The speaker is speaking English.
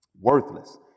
worthless